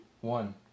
one